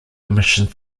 emission